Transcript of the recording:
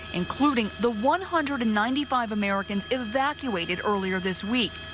including the one hundred and ninety five americans evacuated earlier this week.